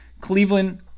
Cleveland